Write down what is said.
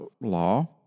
law